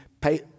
Pay